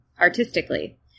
artistically